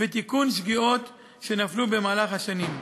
ותיקון שגיאות שנפלו במהלך השנים.